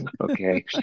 Okay